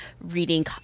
reading